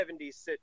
70s